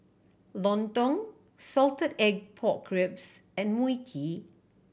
lontong salted egg pork ribs and Mui Kee